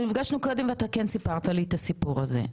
ואתה כן סיפרת לי את הסיפור הזה.